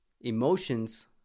Emotions